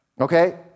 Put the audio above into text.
Okay